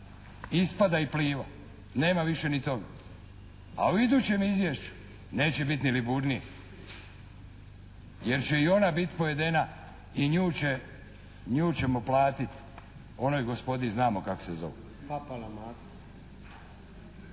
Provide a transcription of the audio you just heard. ispada i "Pliva". Nema više ni toga, a u idućem izvješću neće biti ni "Liburnije" jer će i ona biti pojedena i nju ćemo platiti onoj gospodi i znamo kako se zovu.